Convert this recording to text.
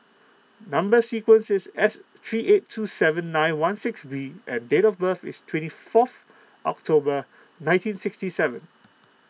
Number Sequence is S three eight two seven nine one six B and date of birth is twenty fourth October nineteen sixty seven